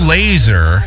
Laser